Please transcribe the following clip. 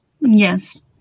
yes